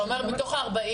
אז אתה אומר שבתוך ה- 40%,